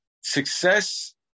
Success